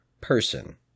person